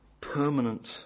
permanent